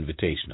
Invitational